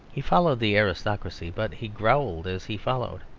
he followed the aristocracy, but he growled as he followed.